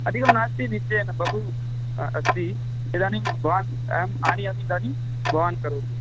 अधिकं नास्ति निश्चयेन बहु अस्ति इदानीं भवान् अहं आनयामि इदानीं भवान् करोतु